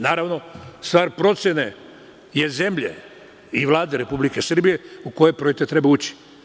Naravno, stvar procene je zemlje i Vlade Republike Srbije u koju projekat treba ući.